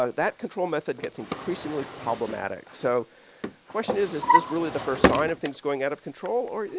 ah that control method gets increasingly problematic. so the question is, is this really the first sign of things going out of control? or, you